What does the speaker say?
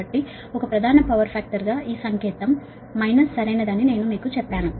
కాబట్టి ఒక ప్రధాన పవర్ ఫాక్టర్ గా ఈ సంకేతం మైనస్ సరైనదని నేను మీకు చెప్పాను